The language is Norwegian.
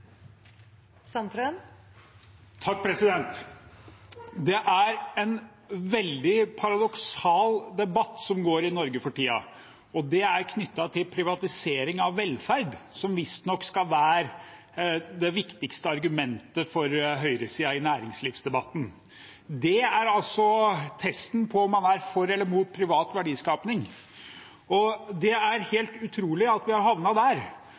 og arbeidsplasser. Det er en veldig paradoksal debatt som pågår i Norge for tiden, og den er knyttet til privatisering av velferd, noe som visstnok skal være det viktigste argumentet for høyresiden i næringslivsdebatten. Det er altså testen på om man er for eller imot privat verdiskaping. Det er helt utrolig at vi har havnet der,